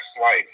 life